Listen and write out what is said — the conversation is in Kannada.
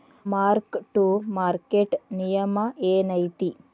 ಮಾರ್ಕ್ ಟು ಮಾರ್ಕೆಟ್ ನಿಯಮ ಏನೈತಿ